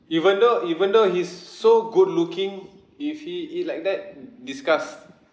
even though even though he's so good looking if he eat like that disgust